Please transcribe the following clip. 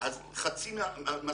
אז חצי מהסמכויות,